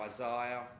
Isaiah